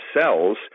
cells